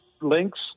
links